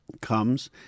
comes